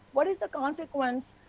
what is the consequence,